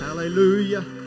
Hallelujah